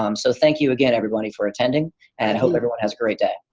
um so thank you again everybody for attending and hope everyone has a great day.